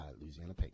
Louisiana